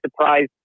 surprised